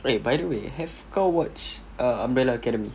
eh by the way kau watch uh umbrella academy